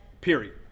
period